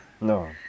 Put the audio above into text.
No